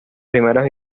primeras